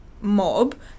mob